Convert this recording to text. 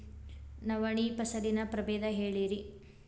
ನವಣಿ ಫಸಲಿನ ಪ್ರಭೇದ ಹೇಳಿರಿ